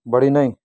बढी नै